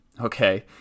okay